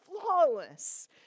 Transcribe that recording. flawless